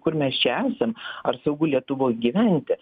kur mes čia esam ar saugu lietuvoj gyventi